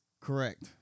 correct